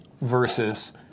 versus